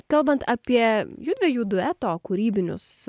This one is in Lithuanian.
kalbant apie judviejų dueto kūrybinius